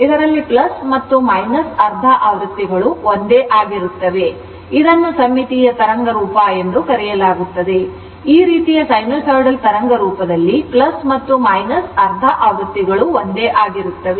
ಇದರಲ್ಲಿ ಮತ್ತು ಅರ್ಧ ಆವೃತ್ತಿಗಳು ಒಂದೇ ಆಗಿರುತ್ತವೆ ಇದನ್ನು ಸಮ್ಮಿತೀಯ ತರಂಗರೂಪ ಎಂದು ಕರೆಯಲಾಗುತ್ತದೆ ಈ ರೀತಿಯ ಸೈನುಸೈಡಲ್ ತರಂಗರೂಪದಲ್ಲಿ ಮತ್ತು ಅರ್ಧ ಆವೃತ್ತಿಗಳು ಒಂದೇ ಆಗಿರುತ್ತವೆ